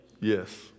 Yes